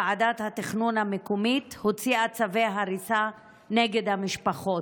ועדת התכנון המקומית הוציאה צווי הריסה נגד המשפחות.